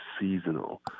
seasonal